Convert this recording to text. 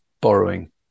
borrowing